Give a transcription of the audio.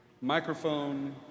Microphone